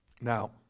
Now